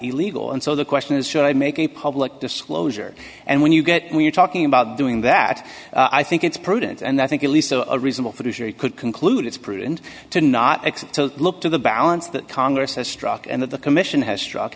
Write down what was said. illegal and so the question is should i make a public disclosure and when you get we're talking about doing that i think it's prudent and i think at least so a reasonable producer could conclude it's prudent to not act so look to the balance that congress has struck and that the commission has struck